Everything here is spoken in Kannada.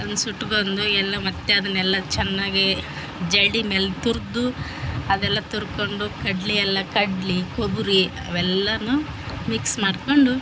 ಅದ್ನ ಸುಟ್ಕೊಂದು ಎಲ್ಲ ಮತ್ತು ಅದನ್ನೆಲ್ಲ ಚೆನ್ನಾಗಿ ಜಲ್ಡಿ ಮೇಲೆ ತುರ್ದು ಅದೆಲ್ಲ ತುರ್ಕೊಂಡು ಕಡ್ಲಿಯೆಲ್ಲ ಕಡ್ಲಿ ಕೊಬುರಿ ಅವೆಲ್ಲಾನು ಮಿಕ್ಸ್ ಮಾಡ್ಕೊಂಡು